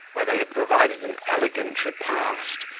where they had provided an elegant repast,